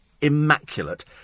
immaculate